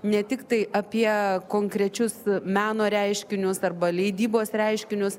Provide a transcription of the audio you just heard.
ne tiktai apie konkrečius meno reiškinius arba leidybos reiškinius